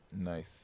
nice